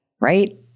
right